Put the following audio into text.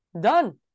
done